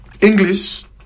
English